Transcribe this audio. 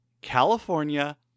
California